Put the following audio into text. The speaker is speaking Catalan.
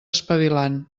espavilant